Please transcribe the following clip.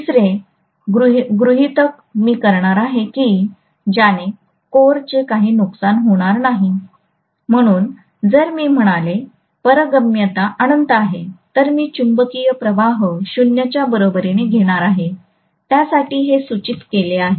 तिसरे गृहितक मी करणार आहे की ज्याने कोरचे काही नुकसान होणार नाही म्हणून जर मी म्हणालो पारगम्यता अनंत आहे तर मी चुंबकीय प्रवाह 0 च्या बरोबरीने घेणार आहे त्यासाठी हे सूचित केले आहे